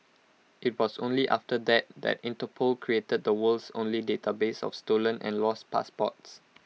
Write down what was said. IT was only after that that Interpol created the world's only database of stolen and lost passports